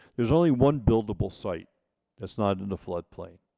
there's only one buildable site that's not in the floodplain.